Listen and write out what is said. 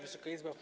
Wysoka Izbo!